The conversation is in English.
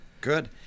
Good